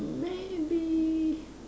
maybe